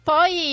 Poi